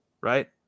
right